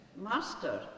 Master